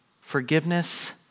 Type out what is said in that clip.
forgiveness